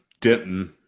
Denton